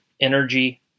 energy